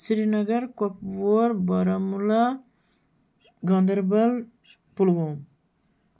Srinagar Kupwara Baramulla Ganderbal Pulwama